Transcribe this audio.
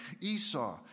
Esau